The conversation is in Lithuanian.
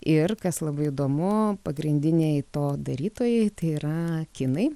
ir kas labai įdomu pagrindiniai to darytojai tai yra kinai